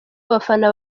abafana